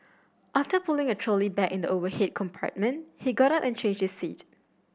after putting a trolley bag in the overhead compartment he got up and changed his seat